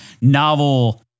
novel